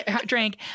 drank